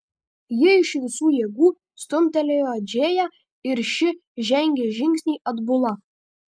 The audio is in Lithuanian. ji iš visų jėgų stumtelėjo džėją ir ši žengė žingsnį atbula